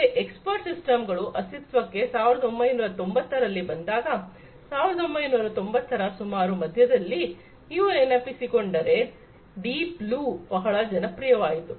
ಮತ್ತೆ ಎಕ್ಸ್ಪರ್ಟ್ ಸಿಸ್ಟಂಗಳು ಅಸ್ತಿತ್ವಕ್ಕೆ 1990ರಲ್ಲಿ ಬಂದಾಗ 1990 ರ ಸುಮಾರು ಮಧ್ಯದಲ್ಲಿ ನೀವು ನೆನಪಿಸಿಕೊಂಡರೆ ಡೀಪ್ ಬ್ಲೂ ಬಹಳ ಜನಪ್ರಿಯವಾಯಿತು